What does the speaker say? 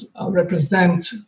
represent